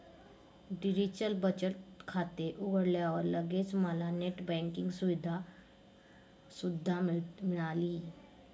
digital बचत खाते उघडल्यावर लगेच मला नेट बँकिंग सुविधा सुद्धा मिळाली